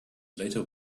later